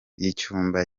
y’icyumba